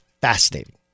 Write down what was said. fascinating